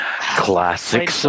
Classic